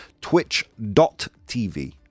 twitch.tv